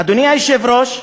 אדוני היושב-ראש,